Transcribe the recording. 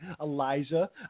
elijah